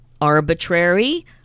arbitrary